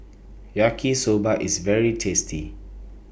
Yaki Soba IS very tasty